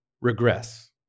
regress